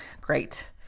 great